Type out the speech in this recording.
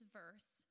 verse